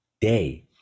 day